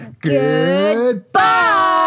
goodbye